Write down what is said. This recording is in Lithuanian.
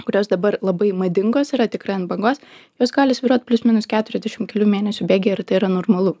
kurios dabar labai madingos yra tikrai ant bangos jos gali svyruot plius minus keturiasdešim kelių mėnesių bėgyje ir tai yra normalu